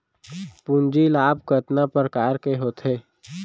पूंजी लाभ कतना प्रकार के होथे?